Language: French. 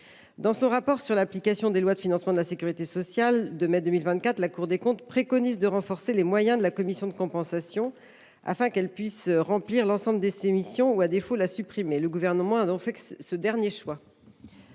Dans son rapport sur l’application des lois de financement de la sécurité sociale (Ralfss) de mai 2024, la Cour des comptes préconise de « renforcer les moyens de la commission de compensation afin qu’elle puisse remplir l’ensemble de ses missions ou, à défaut, la supprimer ». Le Gouvernement a donc fait ce dernier choix.